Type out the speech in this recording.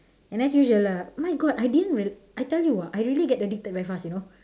and as usual lah my god I didn't real I tell you ah I really get addicted very fast you know